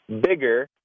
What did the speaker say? Bigger